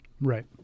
Right